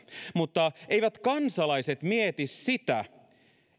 mutta eivät kansalaiset mieti sitä